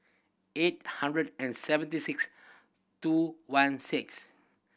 eight hundred and seventy six two one six